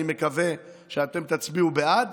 ואני מקווה שאתם תצביעו בעד,